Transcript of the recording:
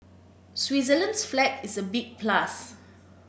Switzerland's flag is a big plus